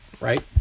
right